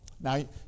Now